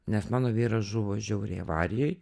nes mano vyras žuvo žiauriai avarijoj